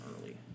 early